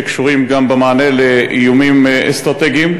שקשורים גם במענה לאיומים אסטרטגיים.